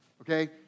Okay